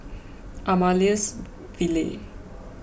Amaryllis Ville